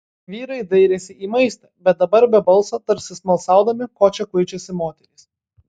vyrai dairėsi į maistą bet dabar be balso tarsi smalsaudami ko čia kuičiasi moterys